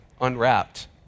unwrapped